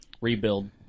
rebuild